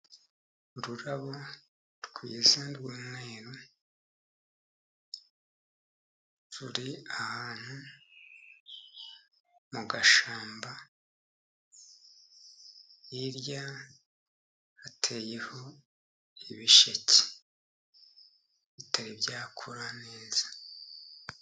Ururabo rwiza rw'umweru ruri ahantu mu gashyamba, hirya hateyeho ibisheke bitari byakura neza.